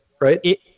Right